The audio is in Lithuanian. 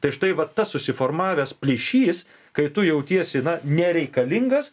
tai štai va tas susiformavęs plyšys kai tu jautiesi na nereikalingas